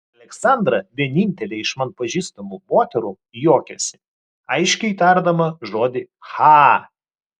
aleksandra vienintelė iš man pažįstamų moterų juokiasi aiškiai tardama žodį cha